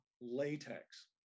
latex